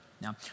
Now